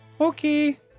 Okay